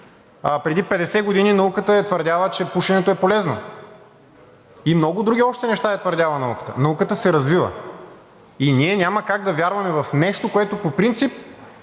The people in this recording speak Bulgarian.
преди 50 години науката е твърдяла, че пушенето е полезно. И още много други неща е твърдяла науката. Науката се развива и ние няма как да вярваме в нещо – по принцип